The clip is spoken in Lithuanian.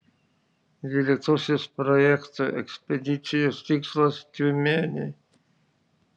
dvyliktosios projekto ekspedicijos tikslas tiumenė